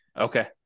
Okay